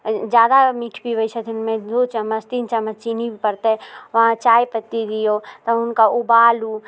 जादा मीठ पीबैत छथिन ओहिमे दूओ चम्मच तीन चम्मच चीनी पड़तै अहाँ चाय पत्ती दियौ तब हुनका उबालू